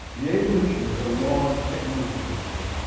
the evolution of the large technology company,